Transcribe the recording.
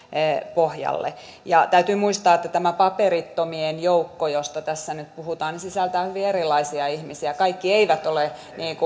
pohjalle täytyy muistaa että tämä paperittomien joukko josta tässä nyt puhutaan sisältää hyvin erilaisia ihmisiä kaikki eivät ole